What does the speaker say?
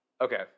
Okay